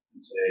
say